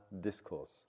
Discourse